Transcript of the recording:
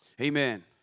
Amen